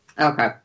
Okay